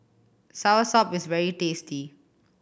soursop is very tasty